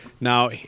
Now